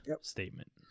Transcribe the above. statement